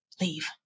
leave